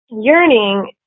yearning